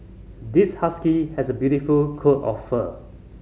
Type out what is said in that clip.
this husky has a beautiful coat of fur